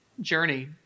Journey